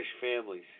families